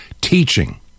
teaching